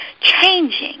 changing